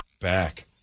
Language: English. back